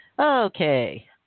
Okay